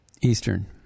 Eastern